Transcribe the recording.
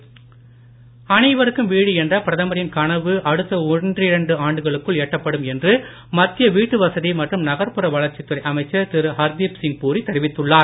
பூரி அனைவருக்கும் வீடு என்ற பிரதமரின் கனவு அடுத்த ஒரிரண்டு ஆண்டுகளுக்குள் எட்டப்படும் என்று மத்திய வீட்டுவசதி மற்றும் நகர்புற வளர்ச்சித் துறை அமைச்சர் திரு ஹர்தீப்சிங் பூரி தெரிவித்துள்ளார்